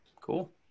Cool